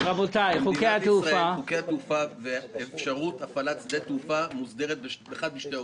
חוקי התעופה ואפשרות הפעלת שדה תעופה מוסדרים באחד משני אופנים: